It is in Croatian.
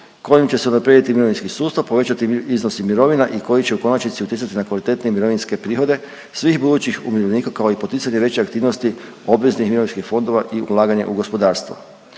kojim će se unaprijediti mirovinski sustav, povećati iznosi mirovina i koji će u konačnici utjecati na kvalitetnije mirovinske prihode svih budućih umirovljenika kao i poticati veće aktivnosti obveznih mirovinskih fondova i ulaganja u gospodarstvo.